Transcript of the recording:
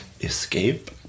Escape